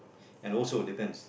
and also depends